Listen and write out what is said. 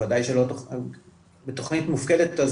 בוודאי בתכנית מופקדת,